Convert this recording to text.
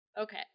Okay